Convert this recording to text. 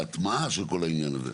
להטמעה של כל העניין הזה.